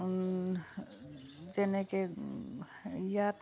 যেনেকৈ ইয়াত